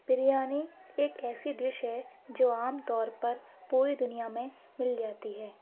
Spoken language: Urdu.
بریانی ایک ایسی ڈش ہے جو عام طور پر پوری دنیا میں مل جاتی ہے